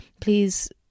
Please